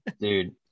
Dude